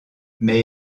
mais